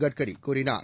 கட்கரி கூறினார்